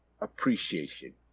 appreciation